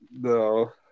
No